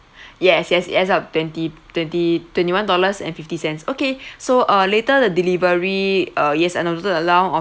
yes yes yes you have twenty twenty twenty one dollars and fifty cents okay so uh later the delivery uh yes and I noted along